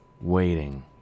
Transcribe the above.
Waiting